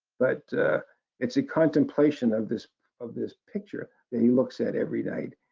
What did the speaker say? but it's a contemplation of this of this picture that he looked at every night,